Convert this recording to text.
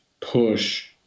push